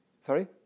Sorry